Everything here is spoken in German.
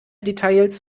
details